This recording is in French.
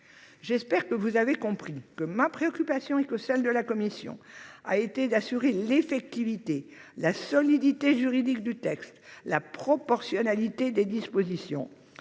J'espère que vous avez compris que ma préoccupation et celle de la commission ont été d'assurer l'effectivité, la solidité juridique du texte et la proportionnalité de ses dispositions.